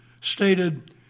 stated